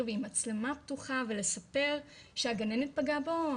ועם מצלמה פתוחה ולספר שהגננת פגעה בו,